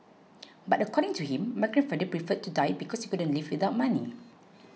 but according to him my grandfather preferred to die because he couldn't live without money